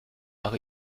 nach